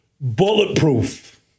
bulletproof